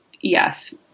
yes